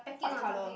white colour